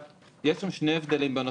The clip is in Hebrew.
יש שם שני הבדלים בנוסח.